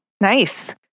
Nice